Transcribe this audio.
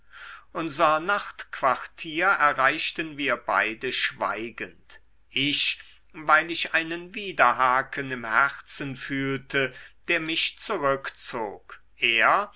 unser nachtquartier erreichten wir beide schweigend ich weil ich einen widerhaken im herzen fühlte der mich zurückzog er